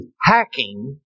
hacking